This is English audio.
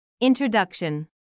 Introduction